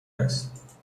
است